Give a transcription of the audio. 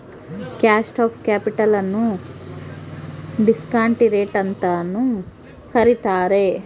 cost of capital ನ್ನು discount rate ಅಂತನು ಕರಿತಾರೆ